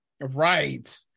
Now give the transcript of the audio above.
Right